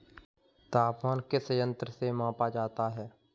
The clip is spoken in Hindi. तापमान किस यंत्र से मापा जाता है?